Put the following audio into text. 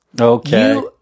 Okay